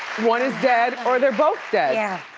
one is dead, or they're both dead. yeah.